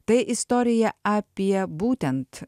tai istorija apie būtent